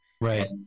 Right